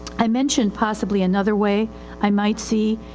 i mentioned possibly another way i might see,